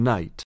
Night